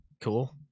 Cool